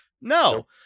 No